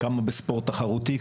כמה בספורט תחרותי,